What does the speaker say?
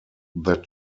that